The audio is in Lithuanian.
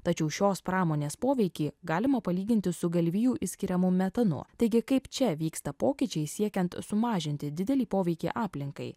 tačiau šios pramonės poveikį galima palyginti su galvijų išskiriamu metanu taigi kaip čia vyksta pokyčiai siekiant sumažinti didelį poveikį aplinkai